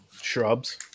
shrubs